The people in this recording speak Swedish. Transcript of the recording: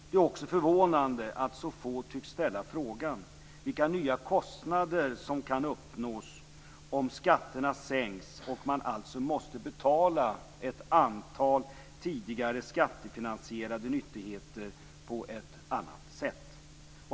Det är också förvånande att så få tycks ställa frågan vilka nya kostnader som kan uppstå om skatterna sänks och man alltså måste betala ett antal tidigare skattefinansierade nyttigheter på ett annat sätt.